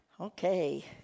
Okay